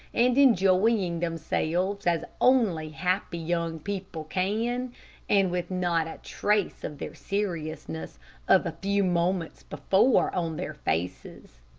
and enjoying themselves as only happy young people can, and with not a trace of their seriousness of a few moments before on their faces.